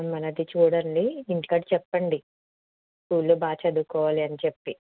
మరి అయితే చూడండి ఇంటికాడ చెప్పండి స్కూల్లో బాగా చదువుకోవాలని చెప్పి